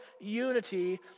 unity